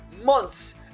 Months